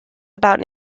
about